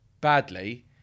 badly